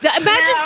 Imagine